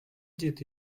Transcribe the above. did